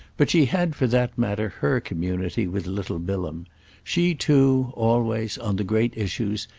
but she had for that matter her community with little bilham she too always, on the great issues,